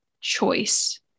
choice